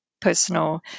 personal